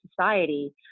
society